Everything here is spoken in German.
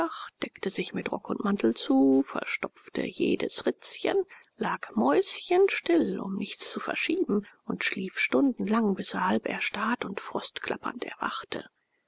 deckte sich mit rock und mantel zu verstopfte jedes ritzchen lag mäuschenstill um nichts zu verschieben und schlief stundenlang bis er halb erstarrt und frostklappernd erwachte